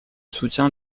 soutien